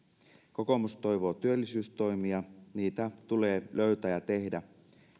kokoomus toivoo työllisyystoimia niitä tulee löytää ja tehdä